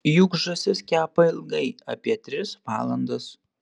juk žąsis kepa ilgai apie tris valandas